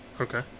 Okay